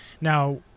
now